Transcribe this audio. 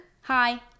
Hi